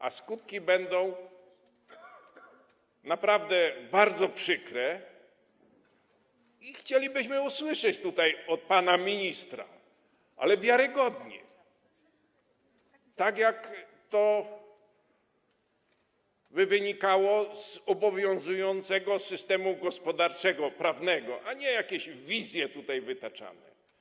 A skutki będą naprawdę bardzo przykre i chcielibyśmy to usłyszeć tutaj od pana ministra, ale żeby to było wiarygodne, tak jak to by wynikało z obowiązującego systemu gospodarczego, prawnego, a nie jakieś wizje tutaj wytaczamy.